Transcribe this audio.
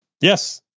Yes